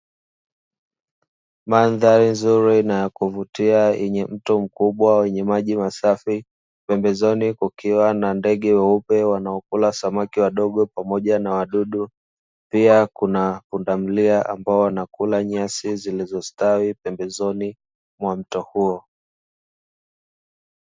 Mandhari nzuri na ya kuvutia yenye mto mkubwa wenye maji masafi, pembezoni kukiwa na ndege weupe wanaokula samaki wadogo pamoja na wadudu. Pia kuna pundamilia ambao wanakula nyasi zilizostawi pembezoni mwa mto huo.